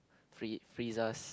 free~ freeze us